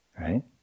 Right